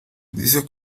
dice